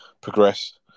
progress